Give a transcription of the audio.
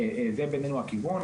בעינינו, זה הכיוון.